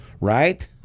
right